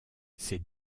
ces